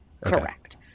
correct